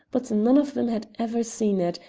but none of them had ever seen it,